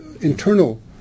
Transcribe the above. internal